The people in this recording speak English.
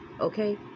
okay